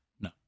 No